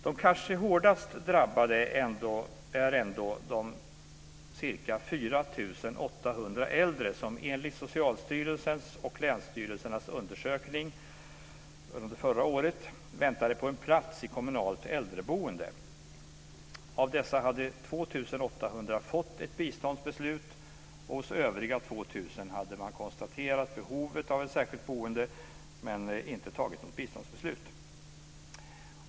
De kanske hårdast drabbade är ändå de ca 4 800 äldre som enligt Socialstyrelsens och länsstyrelsernas undersökning förra året väntade på en plats i kommunalt äldreboende. Av dessa hade 2 800 fått ett biståndsbeslut, och hos övriga 2 000 hade man konstaterat behovet av ett särskilt boende men inte fattat något biståndsbeslut.